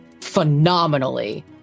phenomenally